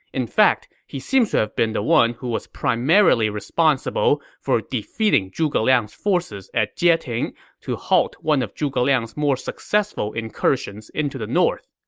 in fact, he seems to have been the one who was primarily responsible for defeating zhuge liang's forces at jieting to halt one of zhuge liang's more successful incursions into the north.